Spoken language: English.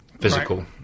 physical